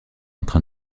entre